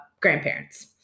grandparents